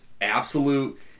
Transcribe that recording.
absolute